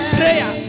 prayer